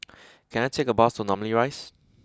can I take a bus to Namly Rise